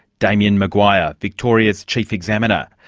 damien maguire, victoria's chief examiner.